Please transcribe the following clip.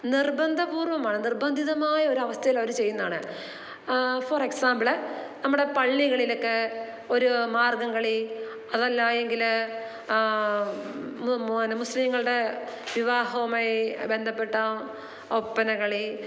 നിർബന്ധപൂർവ്വമാണ് നിർബന്ധിതമായ ഒരു അവസ്ഥയിൽ അവർ ചെയ്യുന്നതാണ് ഫോറ് എക്സാമ്പിള് നമ്മുടെ പള്ളികളിലൊക്കെ ഒരു മാർഗംകളി അതല്ലാ എങ്കിൽ മുസ്ലീങ്ങളുടെ വിവാഹവുമായി ബന്ധപ്പെട്ട ഒപ്പനകളി